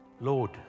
Lord